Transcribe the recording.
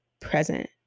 present